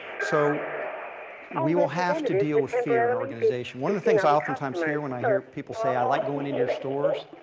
so we will have to deal with fear in our organization. one of the things i oftentimes hear when i hear people say i like going into your stores,